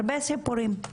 הרבה סיפורים.